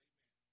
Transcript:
Amen